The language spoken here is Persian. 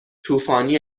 طوفانی